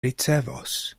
ricevos